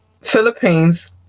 Philippines